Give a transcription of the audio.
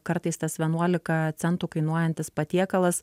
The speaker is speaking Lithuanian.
kartais tas vienuolika centų kainuojantis patiekalas